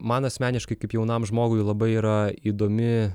man asmeniškai kaip jaunam žmogui labai yra įdomi